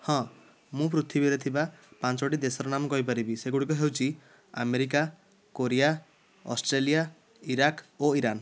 ହଁ ମୁଁ ପୃଥିବୀରେ ଥିବା ପାଞ୍ଚଗୋଟି ଦେଶର ନାମ କହିପାରିବି ସେଗୁଡ଼ିକ ହେଉଛି ଆମେରିକା କୋରିଆ ଅଷ୍ଟ୍ରେଲିଆ ଇରାକ ଓ ଇରାନ